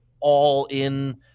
all-in